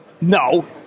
No